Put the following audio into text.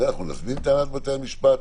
אנחנו נזמין את הנהלת בתי המשפט,